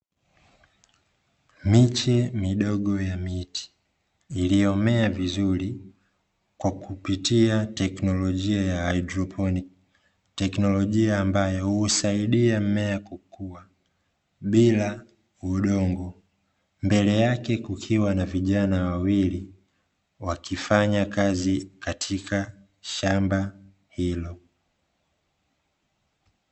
Miche midogo ya miti iliyomea vizuri kwa kupitia teknolojia ya hydroponi, teknolojia ambayo husaidia mmea kukua bila udongo mbele yake kukiwa na vijana wawili wakifanya kazi katika shamba hilo.